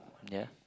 ya